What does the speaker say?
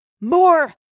more